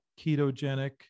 ketogenic